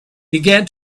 began